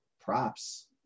props